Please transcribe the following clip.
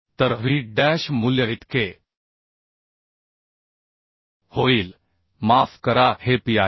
तर V dash मूल्य इतके होईल माफ करा हे P आहे